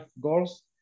goals